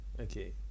Okay